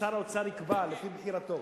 ששר האוצר יקבע לפי בחירתו,